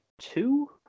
two